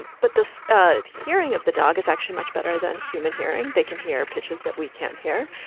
but this hearing of the dog is actually much better than human hearing. they can hear pitches that we can't hear.